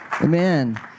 Amen